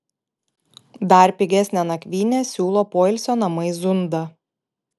dar pigesnę nakvynę siūlo poilsio namai zunda